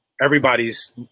everybody's